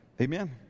Amen